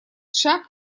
шаг